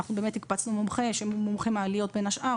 אנחנו באמת הקפצנו מומחה שהוא מומחה מעליות בין השאר,